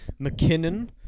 McKinnon